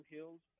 Hills